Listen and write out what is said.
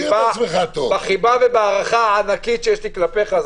שנייה בחיבה ובהערכה הענקית שיש לי כלפיך.